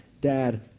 dad